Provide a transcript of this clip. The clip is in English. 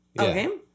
okay